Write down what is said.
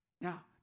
Now